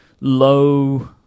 low